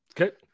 Okay